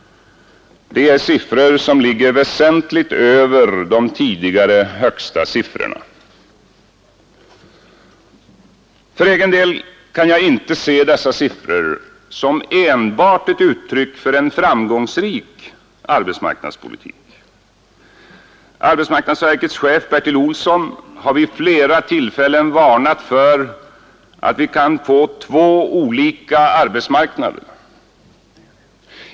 Det är siffror som ligger väsentligt över de tidigare högsta siffrorna. För egen del kan jag inte se dessa siffror som enbart ett uttryck för en framgångsrik arbetsmarknadspolitik. Arbets marknadsverkets chef Bertil Olsson har vid flera tillfällen varnat för att vi kan få två olika arbetsmarknader.